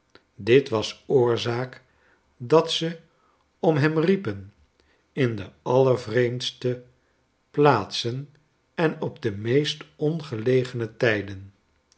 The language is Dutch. dit was oorzaak dat ze om hem riepen in de allervreemdste plaatsen en op de meest ongelegene tijden